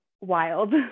wild